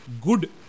Good